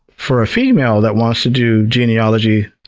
for a female that wants to do genealogy,